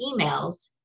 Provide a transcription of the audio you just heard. emails